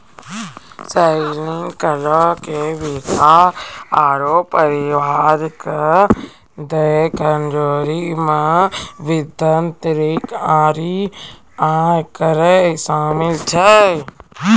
शालिनी कहलकै कि व्यक्ति आरु परिवारो के देलो कर्जा मे बंधक ऋण आरु आयकर शामिल छै